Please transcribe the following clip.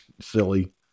silly